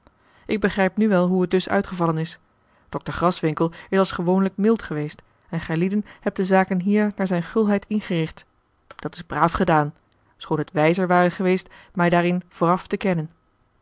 ik begrijp nu wel hoe het dus uitgevallen is dokter graswinckel is als gewoonlijk mild geweest en gijlieden hebt de zaken hier naar zijne gulheid ingericht dat is braaf gedaan schoon het wijzer ware geweest mij daarin vooraf te kennen